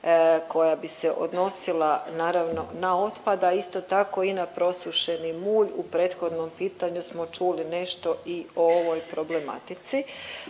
koja bi se odnosila naravno na otpad, a isto tako i na prosušeni mulj. U prethodnom pitanju smo čuli nešto i o ovoj problematici